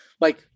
like-